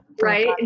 Right